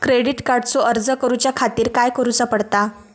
Credit कार्डचो अर्ज करुच्या खातीर काय करूचा पडता?